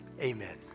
Amen